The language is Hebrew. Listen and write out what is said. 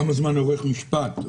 כמה זמן אורך משפט?